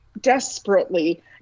desperately